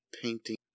painting